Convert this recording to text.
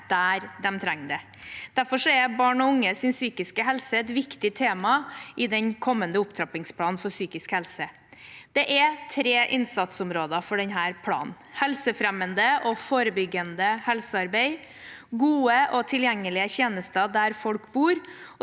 der de trenger det. Derfor er barn og unges psykiske helse et viktig tema i den kommende opptrappingsplanen for psykisk helse. Det er tre innsatsområder for denne planen: helsefremmende og forebyggende helsearbeid, gode og tilgjengelige tjenester der folk bor,